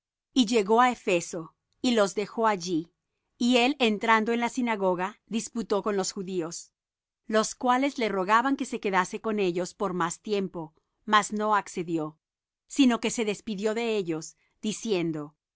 y llegó á efeso y los dejó allí y él entrando en la sinagoga disputó con los judíos los cuales le rogaban que se quedase con ellos por más tiempo mas no accedió sino que se despidió de ellos diciendo